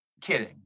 kidding